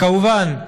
כמובן,